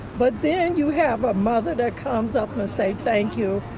but then you have a mother that comes up and say thank you.